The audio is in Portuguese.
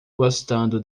gostando